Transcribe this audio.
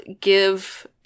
give